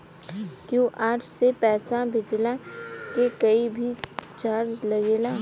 QR से पैसा भेजला के कोई चार्ज भी लागेला?